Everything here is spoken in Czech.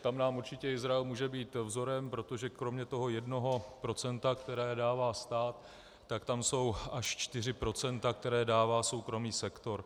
Tam nám určitě Izrael může být vzorem, protože kromě toho 1 %, které dává stát, tak tam jsou až 4 %, které dává soukromý sektor.